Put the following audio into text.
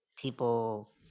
people